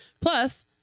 Plus